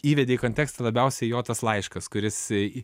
įvedei kontekstą labiausiai jo tas laiškas kuris į